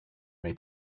may